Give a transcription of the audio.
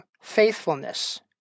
faithfulness